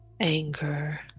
anger